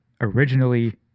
originally